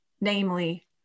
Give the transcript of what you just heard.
namely